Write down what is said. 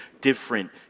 different